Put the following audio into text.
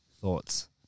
Thoughts